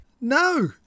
No